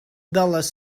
dollars